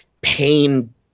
pain